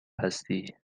هستی